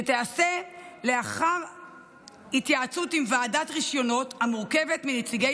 שתיעשה לאחר התייעצות עם ועדת רישיונות המורכבת מנציגי